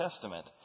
Testament